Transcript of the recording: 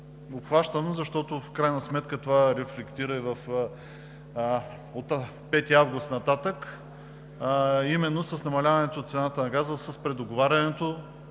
защото в крайна сметка това рефлектира. От 5 август нататък, именно с намаляването цената на газа, с предоговарянето,